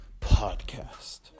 podcast